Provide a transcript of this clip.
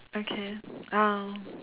okay oh